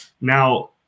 Now